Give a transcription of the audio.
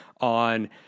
on